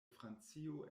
francio